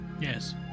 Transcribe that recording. Yes